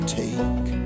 take